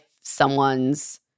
someone's